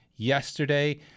Yesterday